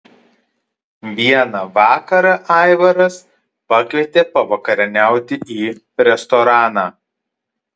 vieną vakarą aivaras pakvietė pavakarieniauti į restoraną